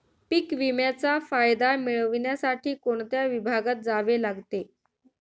पीक विम्याचा फायदा मिळविण्यासाठी कोणत्या विभागात जावे लागते?